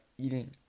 eating